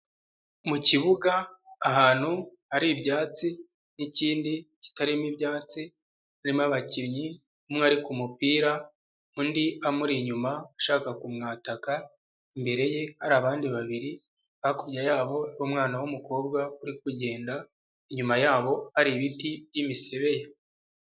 Mu kibuga ahantu hari ibyatsi, n'ikindi kitarimo ibyatsi, harimo abakinnyi umwe ari ku kumupira, undi amuri inyuma ashaka kumwataka, imbere ye hari abandi babiri, hakurya yabo ni umwana w'umukobwa uri kugenda, inyuma yabo hari ibiti by'imisebeya.